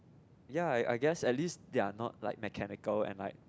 ya I I guess at least their not like mechanical and like